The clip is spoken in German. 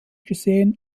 gesehen